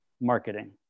marketing